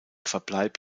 verbleib